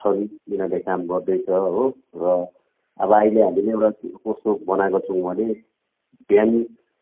छन् यिनीहरूले काम गर्दैछ है र अब अहिले हामीले एउटा कस्तो बनाएको छौँ भने बिहान